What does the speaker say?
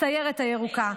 הסיירת הירוקה,